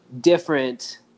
different